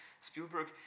Spielberg